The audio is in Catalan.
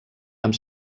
amb